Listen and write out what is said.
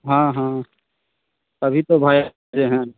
हाँ हाँ अभी तो भाई हैं